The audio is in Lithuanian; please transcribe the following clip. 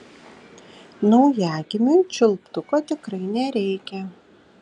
naujagimiui čiulptuko tikrai nereikia